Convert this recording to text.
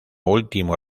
último